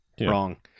wrong